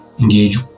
engage